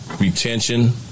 retention